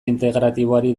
integratiboari